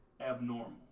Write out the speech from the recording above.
abnormal